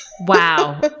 Wow